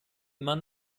man